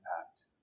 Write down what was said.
impact